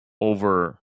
over